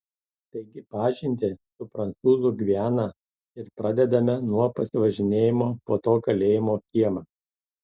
taigi pažintį su prancūzų gviana ir pradedame nuo pasivažinėjimo po to kalėjimo kiemą